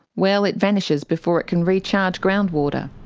well, it vanishes before it can recharge groundwater.